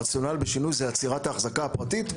הרציונל בשינוי הוא עצירת ההחזקה הפרטית,